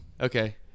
Okay